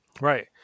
Right